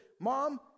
mom